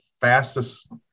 fastest